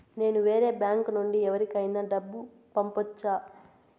నేను వేరే బ్యాంకు నుండి ఎవరికైనా డబ్బు పంపొచ్చా?